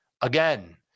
again